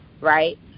right